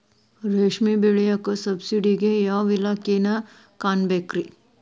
ರೇಷ್ಮಿ ಬೆಳಿಯಾಕ ಸಬ್ಸಿಡಿಗೆ ಯಾವ ಇಲಾಖೆನ ಕಾಣಬೇಕ್ರೇ?